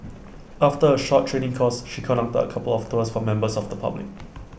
after A short training course she conducted A couple of tours for members of the public